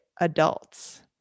adults